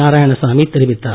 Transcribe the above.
நாராயணசாமி தெரிவித்தார்